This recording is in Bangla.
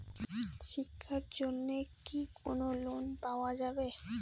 শিক্ষার জন্যে কি কোনো লোন পাওয়া যাবে?